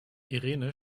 irene